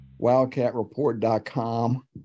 WildcatReport.com